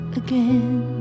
again